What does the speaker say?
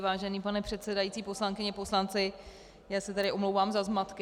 Vážený pane předsedající, poslankyně, poslanci, já se tady omlouvám za zmatky.